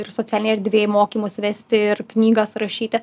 ir socialinėj erdvėj mokymus vesti ir knygas rašyti